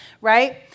Right